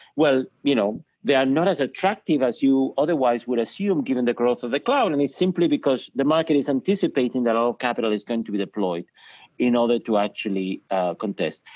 well, you know, they are not as attractive as you otherwise would assume given the growth of the cloud and it's simply because the market is anticipating that all capital is going to be deployed in order to actually contest.